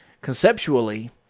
Conceptually